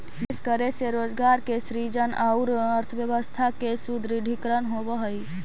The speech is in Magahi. निवेश करे से रोजगार के सृजन औउर अर्थव्यवस्था के सुदृढ़ीकरण होवऽ हई